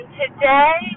today